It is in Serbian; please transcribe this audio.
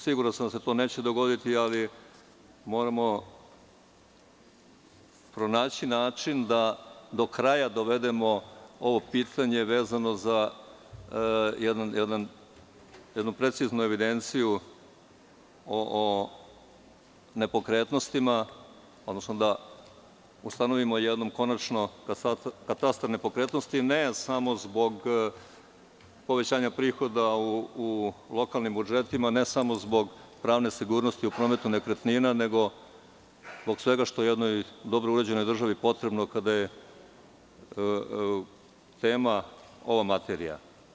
Siguran sam da se to neće dogoditi, ali moramo pronaći način da do kraja dovedemo ovo pitanje, vezano za jednu preciznu evidenciju o nepokretnostima, odnosno da ustanovimo katastar nepokretnosti, i to ne samo zbog povećanja prihoda u lokalnim budžetima, ne samo zbog pravne sigurnosti u prometu nekretnina, nego zbog svega što jednoj dobro uređenoj državi potrebno kada je tema ova materija.